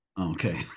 Okay